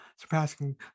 surpassing